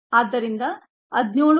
ಆದ್ದರಿಂದ 17